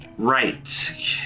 right